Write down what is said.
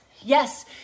yes